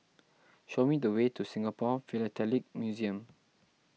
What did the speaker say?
show me the way to Singapore Philatelic Museum